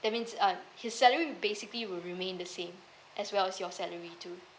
that means uh his salary basically will remain the same as well as your salary too